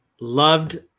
Loved